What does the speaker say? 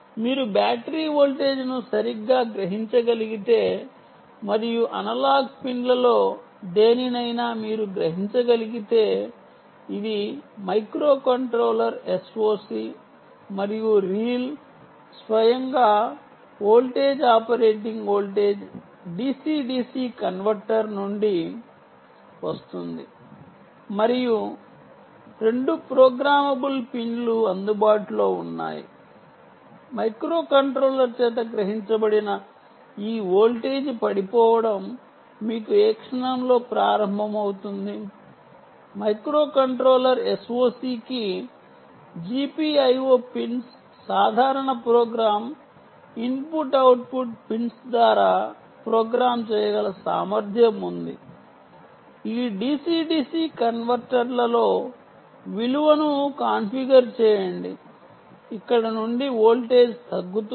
మీరు బ్యాటరీ వోల్టేజ్ను సరిగ్గా గ్రహించగలిగితే మరియు అనలాగ్ పిన్లలో దేనినైనా మీరు గ్రహించగలిగితే ఇది మైక్రోకంట్రోలర్ SOC మరియు రీల్ స్వయంగా voltage operating voltage DCDC converter నుండి వస్తుంది మరియు రెండు ప్రోగ్రామబుల్ పిన్లు అందుబాటులో ఉన్నాయి మైక్రోకంట్రోలర్ చేత గ్రహించబడిన ఈ వోల్టేజ్ పడిపోవటం మీకు ఏ క్షణంలో ప్రారంభమవుతుంది మైక్రోకంట్రోలర్ SOC కి GPIO పిన్స్ సాధారణ ప్రోగ్రామ్ ఇన్పుట్ అవుట్పుట్ పిన్స్ ద్వారా ప్రోగ్రామ్ చేయగల సామర్థ్యం ఉంది ఈ DCDC కన్వర్టర్లో విలువను కాన్ఫిగర్ చేయండి ఇక్కడ నుండి వోల్టేజ్ తగ్గుతుంది